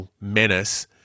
menace